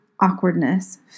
awkwardness